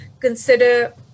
consider